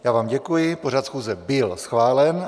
Já vám děkuji, pořad schůze byl schválen.